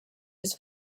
his